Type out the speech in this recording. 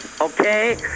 Okay